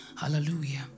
Hallelujah